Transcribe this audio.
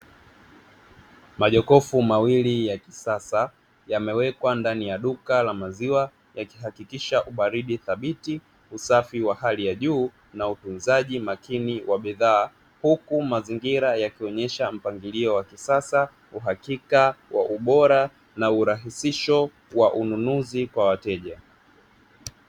Majokofu mawili ya kisasa yamewekwa ndani ya duka la maziwa yakihakikisha ubaridi thabiti, usafi wa hali ya juu na utunzaji makini wa bidhaa huku mazingira yakionyesha mpangilio wa kisasa uhakika wa ubora na urahisisho wa ununuzi kwa wateja.